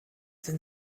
sind